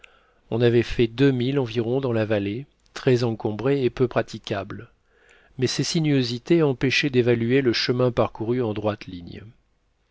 on avait fait deux milles environ dans la vallée très encombrée et peu praticable mais ses sinuosités empêchaient d'évaluer le chemin parcouru en droite ligne